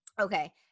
okay